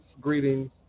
greetings